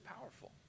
powerful